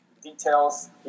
details